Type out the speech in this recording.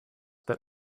that